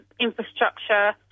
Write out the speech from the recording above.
infrastructure